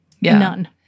None